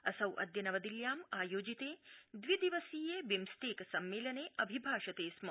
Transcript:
असौ अद्य नवदिल्यां आयोजिते द्वि दिवसीये बिम्सटेक सम्मेलने अभिभाषते स्म